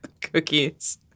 Cookies